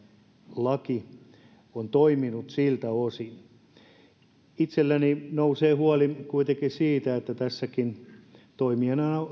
laki on toiminut siltä osin itselleni nousee huoli kuitenkin siitä että tässäkin toimijana